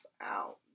out